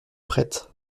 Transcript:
prête